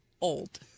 old